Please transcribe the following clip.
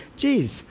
jeez,